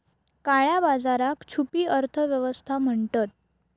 काळया बाजाराक छुपी अर्थ व्यवस्था म्हणतत